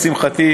לשמחתי,